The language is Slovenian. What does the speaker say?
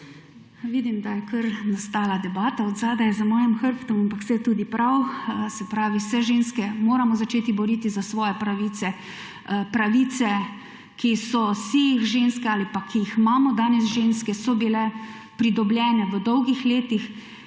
vidim, da je kar nastala debata zadaj za mojim hrbtom, ampak saj je tudi prav, se pravi se ženske moramo začeti boriti za svoje pravice, pravice, ki so si jih ženske ali pa ki jih imamo danes ženske, so bile pridobljene v dolgih letih